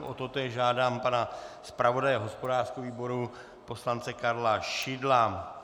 O totéž žádám pana zpravodaje hospodářského výboru poslance Karla Šidla.